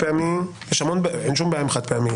אין שום בעיה עם חד פעמי.